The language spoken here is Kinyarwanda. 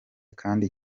kandi